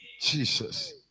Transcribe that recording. jesus